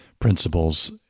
principles